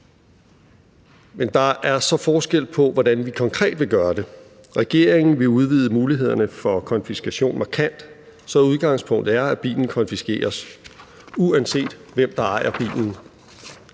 Men der er så forskel på, hvordan vi konkret vil gøre det. Regeringen vil udvide mulighederne for konfiskation markant, så udgangspunktet er, at bilen konfiskeres, uanset hvem der ejer bilen.